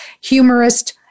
humorist